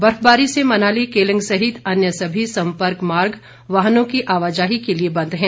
बर्फबारी से मनाली केलंग सहित अन्य सभी संपर्क मार्ग वाहनों की आवाजाही के लिए बंद हैं